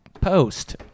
post